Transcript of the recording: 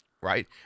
right